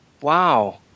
Wow